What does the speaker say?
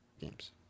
games